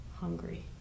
hungry